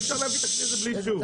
אי-אפשר להביא את הכלי הזה בלי אישור.